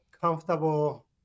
comfortable